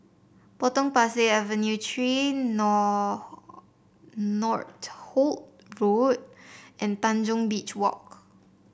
Potong Pasir Avenue Three Nor Northolt Road and Tanjong Beach Walk